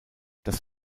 das